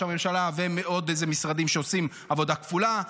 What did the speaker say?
הממשלה ועוד משרדים שעושים עבודה כפולה,